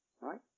right